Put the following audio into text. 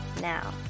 now